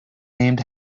named